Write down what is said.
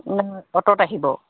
নে অটোত আহিব